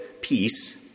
peace